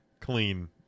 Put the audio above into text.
clean